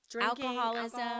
alcoholism